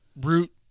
root